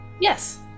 Yes